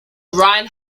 ryan